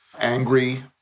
angry